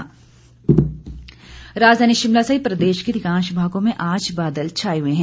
मौसम राजधानी शिमला सहित प्रदेश के अधिकांश भागों में आज बादल छाए हुए हैं